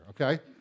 okay